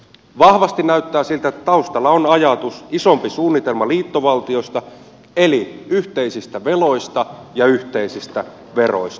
vahvasti näyttää siltä että taustalla on ajatuksena isompi suunnitelma liittovaltiosta eli yhteisistä veloista ja yhteisistä veroista